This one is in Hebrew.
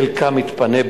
וחלקם התפנו,